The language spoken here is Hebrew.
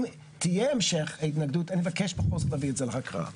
אם תהיה המשך התנגדות אני מבקש בכל זאת להביא את זה להקראה.